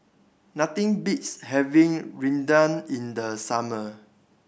nothing beats having Rendang in the summer